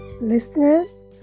listeners